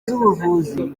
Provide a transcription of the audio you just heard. z’ubuvuzi